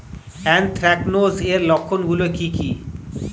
Anthracnose এর লক্ষণ গুলো কি কি?